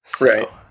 Right